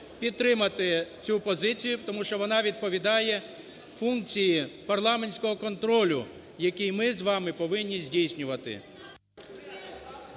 підтримати цю позицію, тому що вона відповідає функції парламентського контролю, який ми з вами повинні здійснювати.